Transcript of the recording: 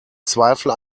zweifel